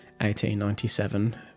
1897